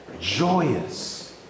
Joyous